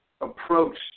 approach